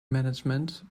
management